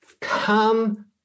come